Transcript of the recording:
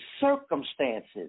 circumstances